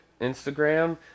Instagram